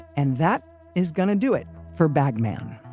and that is going to do it for bag man.